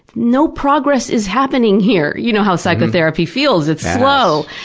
no progress is happening here! you know how psychotherapy feels it's slow!